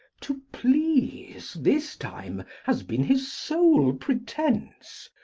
to please, this time, has been his sole pretence,